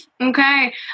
Okay